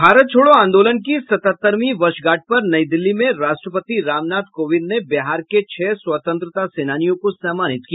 भारत छोड़ों आंदोलन की सतहत्तरवीं वर्षगाठ पर नई दिल्ली में राष्ट्रपति रामनाथ कोविंद ने बिहार के छह स्वतंत्रता सेनानियों को सम्मानित किया